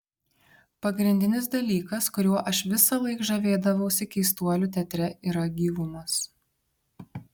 pagrindinis dalykas kuriuo aš visąlaik žavėdavausi keistuolių teatre yra gyvumas